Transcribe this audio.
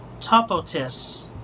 Topotis